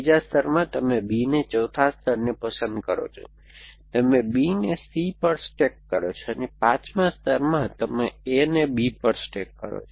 ત્રીજા સ્તરમાં તમે B અને ચોથા સ્તરને પસંદ કરો છો તમે B ને C પર સ્ટેક કરો છો અને પાંચમા સ્તરમાં તમે A ને B પર સ્ટેક કરો છો